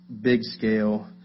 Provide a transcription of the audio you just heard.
big-scale